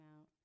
out